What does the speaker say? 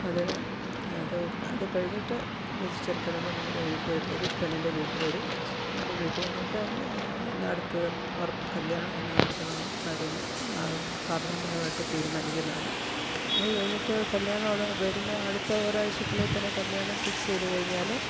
അതിന് അത് അതു കഴിഞ്ഞിട്ട് ചെറുക്കനും പെണ്ണുംകടി വീട്ടിൽ വരും പെണ്ണിൻ്റെ വീട്ടിൽ വരും പെണ്ണിൻ്റെ വീട്ടിൽ വന്നിട്ട് അടുത്തത് ഉറപ്പ് കല്ല്യാണം എന്നു നടത്തണമെന്നുള്ള കാര്യങ്ങൾ കാർന്നോന്മാരുമായിട്ട് തീരുമാനിക്കുന്നതാണ് അതു കഴിഞ്ഞിട്ട് കല്ല്യാണം ഉടൻ വരുന്ന അടുത്ത ഒരാഴ്ചക്കുള്ളിൽ തന്നെ കല്ല്യാണം ഫിക്സ് ചെയ്തു കഴിഞ്ഞാൽ